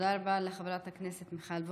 תודה רבה לחברת הכנסת מיכל וולדיגר.